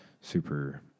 super